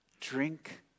drink